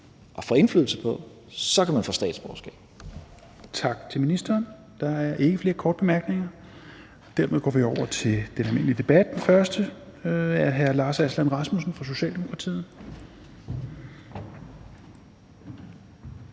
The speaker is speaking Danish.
næstformand (Rasmus Helveg Petersen): Tak til ministeren. Der er ikke flere korte bemærkninger. Dermed går vi over til den almindelige debat. Den første er hr. Lars Aslan Rasmussen fra Socialdemokratiet.